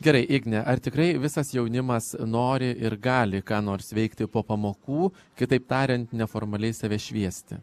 gerai igne ar tikrai visas jaunimas nori ir gali ką nors veikti po pamokų kitaip tariant neformaliai save šviesti